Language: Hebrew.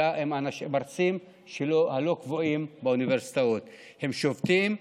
אלה המרצים הלא-קבועים באוניברסיטאות, והם שובתים.